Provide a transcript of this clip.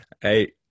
Hey